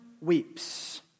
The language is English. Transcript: weeps